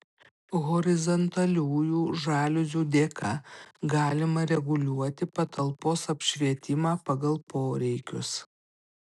horizontaliųjų žaliuzių dėka galima reguliuoti patalpos apšvietimą pagal poreikius